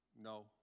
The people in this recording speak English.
No